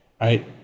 right